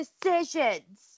decisions